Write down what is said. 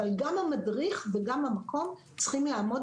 אבל גם המדריך וגם המקום צריכים לעמוד